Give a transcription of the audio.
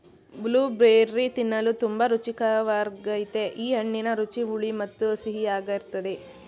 blueberry ತಿನ್ನಲು ತುಂಬಾ ರುಚಿಕರ್ವಾಗಯ್ತೆ ಈ ಹಣ್ಣಿನ ರುಚಿ ಹುಳಿ ಮತ್ತು ಸಿಹಿಯಾಗಿರ್ತದೆ